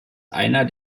einer